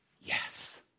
Yes